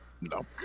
No